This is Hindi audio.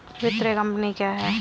वित्तीय कम्पनी क्या है?